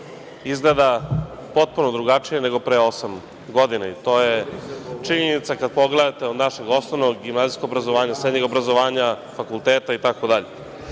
izgleda potpuno drugačije nego pre osam godina i to je činjenica, kad pogledate od našeg osnovnog, gimnazijskog obrazovanja, srednjeg obrazovanja, fakulteta, itd,